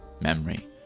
memory